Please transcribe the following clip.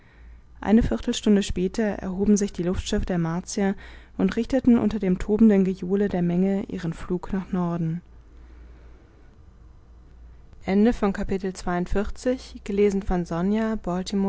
eine viertelstunde später erhoben sich die luftschiffe der martier und richteten unter dem tobenden gejohle der menge ihren flug nach norden